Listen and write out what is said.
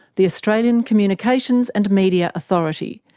the australian communications and media authority,